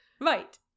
right